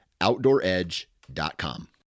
OutdoorEdge.com